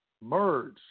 Merge